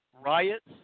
riots